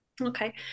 Okay